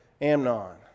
Amnon